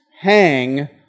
hang